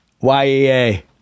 Y-E-A